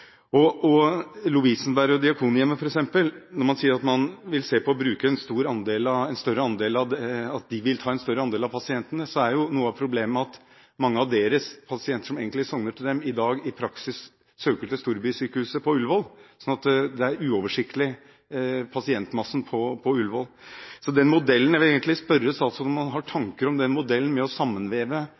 Når man sier at Lovisenberg og Diakonhjemmet vil ta en større andel av pasientene, er noe av problemet at mange av de pasientene som egentlig sogner til disse sykehusene i dag, i praksis søker til storbysykehuset på Ullevål. Slik blir pasientmassen på Ullevål uoversiktlig. Jeg vil spørre statsråden om han har tanker om den modellen å sammenveve lokalsykehusfunksjonen med alle de andre funksjonene på den måten som man gjør, om modellen er oversiktlig nok med tanke på å